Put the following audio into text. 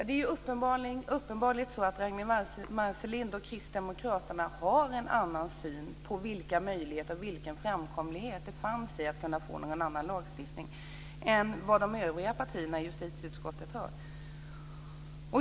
Herr talman! Det är uppenbarligen så att Ragnwi Marcelind och kristdemokraterna har en annan syn på vilka möjligheter vi hade att få fram en annan lagstiftning och vilken framkomlighet som rådde än vad de övriga partierna i justitieutskottet har.